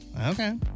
Okay